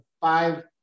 five